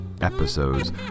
episodes